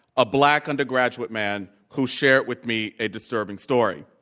a black undergraduate man who shared with me a disturbing story.